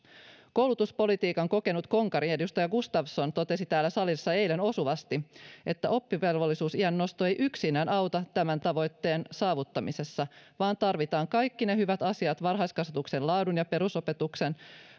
koulutuspolitiikan kokenut konkari edustaja gustafsson totesi täällä salissa eilen osuvasti että oppivelvollisuusiän nosto ei yksinään auta tämän tavoitteen saavuttamisessa vaan tarvitaan kaikki ne hyvät asiat varhaiskasvatuksen laadun ja perusopetuksen